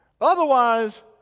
Otherwise